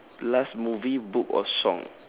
last movie book or song